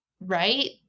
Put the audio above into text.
right